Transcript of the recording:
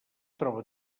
troba